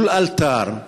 ולאלתר,